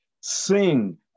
sing